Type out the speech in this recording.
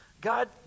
God